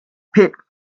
pit